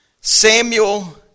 Samuel